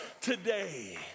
today